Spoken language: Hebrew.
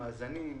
מאזנים,